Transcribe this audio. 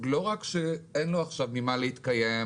לא רק שאין לו עכשיו ממה להתקיים,